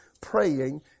praying